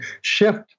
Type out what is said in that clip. shift